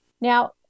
Now